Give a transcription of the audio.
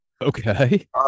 Okay